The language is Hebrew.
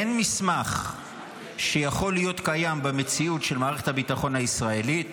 אין מסמך שיכול להיות קיים במציאות של מערכת הביטחון הישראלית